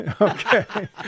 Okay